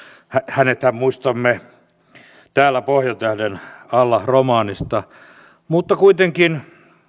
hänethän muistamme täällä pohjantähden alla romaanista mutta kuitenkin